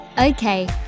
okay